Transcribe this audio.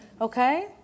okay